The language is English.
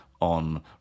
on